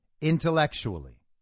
intellectually